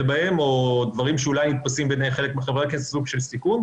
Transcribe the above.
בהם או דברים שאולי נתפסים בעיני חלק מחברי הכנסת כסוג של סיכון,